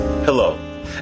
Hello